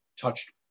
touched